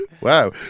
Wow